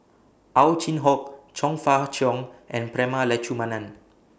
Ow Chin Hock Chong Fah Cheong and Prema Letchumanan